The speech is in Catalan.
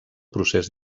procés